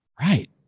Right